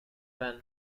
vän